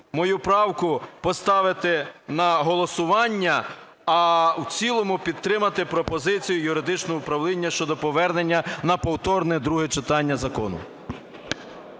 мою правку поставити на голосування, а в цілому підтримати пропозицію юридичного управління щодо повернення на повторне друге читання закону.